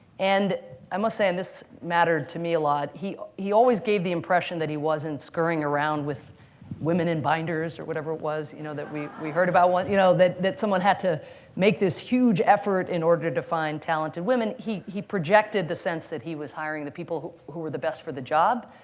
and i must say and this mattered to me a lot he he always gave the impression that he wasn't scurrying around with women in binders or whatever it was you know that we we heard about, you know that that someone had to make this huge effort in order to find talented women. he he projected the sense that he was hiring the people who who were the best for the job,